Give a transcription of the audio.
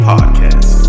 Podcast